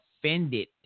offended